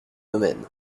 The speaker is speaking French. domaine